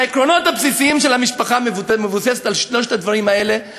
העקרונות הבסיסיים של המשפחה מבוססים על שלושת הדברים האלה,